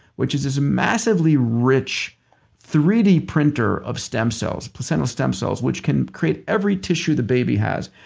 which is this massively rich three d printer of stem cells, placental stem cells, which can create every tissue the baby has.